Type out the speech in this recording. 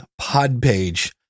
Podpage